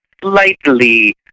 slightly